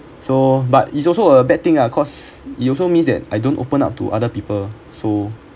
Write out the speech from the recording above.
so but it's also a bad thing lah because it also means that I don't open up to other people so